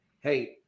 Hey